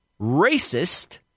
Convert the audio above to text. racist